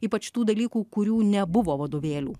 ypač tų dalykų kurių nebuvo vadovėlių